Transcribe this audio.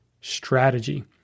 strategy